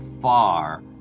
far